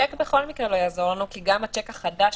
שיק בכל מקרה לא יעזור לנו כי גם השיק החדש,